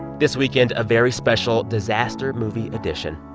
this weekend, a very special disaster movie edition.